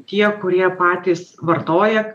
tie kurie patys vartoja